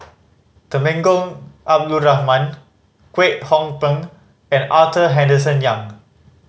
Temenggong Abdul Rahman Kwek Hong Png and Arthur Henderson Young